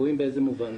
קבועים באיזה מובן?